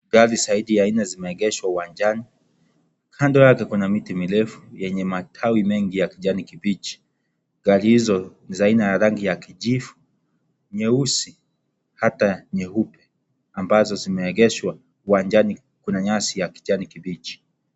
Gari zaidi ya nne zimeegeshwa uwanjani, kando yake kuna miti mirefu yenye matawi mengi ya kijani kibichi , gari hizo za aina ya rangi ya kijivu , nyeusi hata nyeupe ambazo zimeegeshwa uwanjani na kuna nyasi ya kijani kibichi.